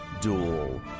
Duel